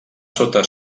sota